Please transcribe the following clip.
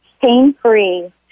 pain-free